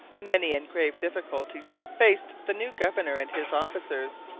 many and grave difficulties faced the new governor and his officers.